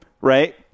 right